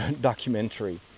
documentary